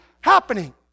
happening